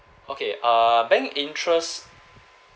okay uh bank interest